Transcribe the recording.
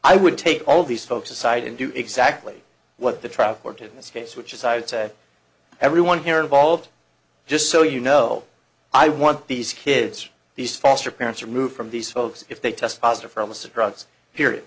i would take all these folks aside and do exactly what the traffic or to in this case which is i'd say everyone here involved just so you know i want these kids these foster parents removed from these folks if they test positive for illicit drugs period